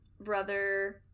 brother